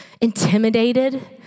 intimidated